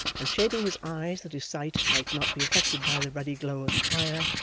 and shading his eyes that his sight might not be affected by the ruddy glow of the fire,